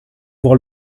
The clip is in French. voir